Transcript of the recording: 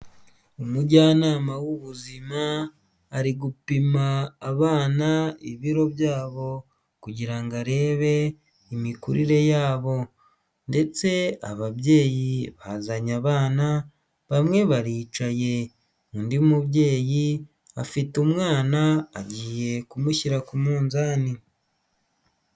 Umujyanama w'ubuzima ari gupima abana ibiro byabo kugira ngo arebe imikurire yabo ndetse ababyeyi bazanye abana, bamwe baricaye. Undi mubyeyi afite umwana agiye kumushyira ku munzani.